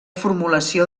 formulació